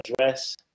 address